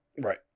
Right